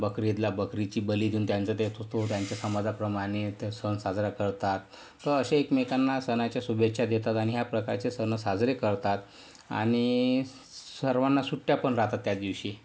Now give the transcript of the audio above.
बकरी ईदला बकरीची बळी देऊन त्यांचं ते तो तो त्यांच्या समाजाप्रमाणे ते सण साजरा करतात तर असे एकमेकांना सणाच्या शुभेच्छा देतात आणि ह्या प्रकारचे सण साजरे करतात आणि स सर्वांना सुट्ट्या पण राहतात त्या दिवशी